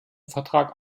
vertrag